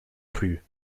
cru